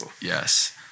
Yes